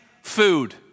food